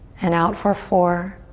and out for four,